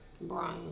Brian